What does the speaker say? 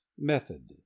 Method